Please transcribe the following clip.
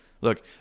Look